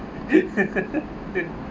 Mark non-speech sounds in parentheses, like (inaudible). (laughs)